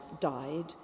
died